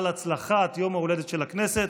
על הצלחת יום ההולדת של הכנסת.